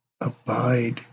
abide